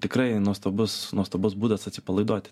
tikrai nuostabus nuostabus būdas atsipalaiduoti